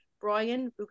Brian